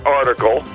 article